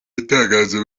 itangaza